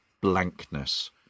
blankness